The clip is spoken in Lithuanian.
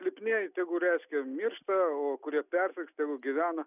silpnieji tegu reiškia miršta o kurie persirgs tegu gyvena